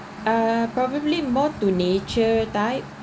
uh probably more to nature type